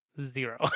zero